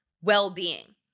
well-being